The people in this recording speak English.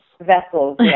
Vessels